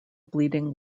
bleeding